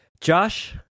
josh